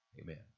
amen